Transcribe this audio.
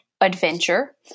adventure